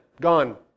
Gone